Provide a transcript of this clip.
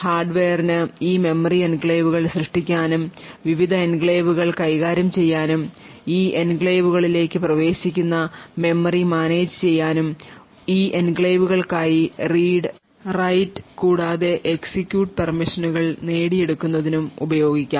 ഹാർഡ്വെയറിന് ഈ മെമ്മറി എൻക്ലേവുകൾ സൃഷ്ടിക്കാനും വിവിധ എൻക്ലേവുകൾ കൈകാര്യം ചെയ്യാനും ഈ എൻക്ലേവുകളിലേക്ക് പ്രവേശിക്കുന്ന മെമ്മറി മാനേജുചെയ്യാനും ഈ എൻക്ലേവുകൾക്കായി റീഡ്റൈറ്റ് കൂടാതെ എക്സിക്യൂട്ട് പെർമിഷനുകൾ നേടിയെടുക്കുന്നതിനും ഉപയോഗിക്കാം